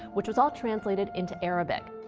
which was all translated into arabic.